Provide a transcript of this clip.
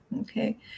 Okay